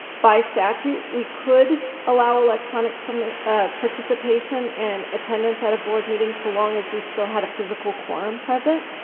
by statute, we could allow electronic permit participation and attendance at a board meeting, so long as we still had a physical quorum present.